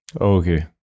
okay